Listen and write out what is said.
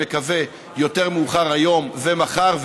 אני מקווה יותר מאוחר היום או מחר,